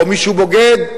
או מישהו בוגד,